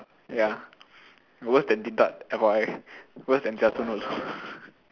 ya worse than Din-Tat F_Y_I worse than Jia Chun also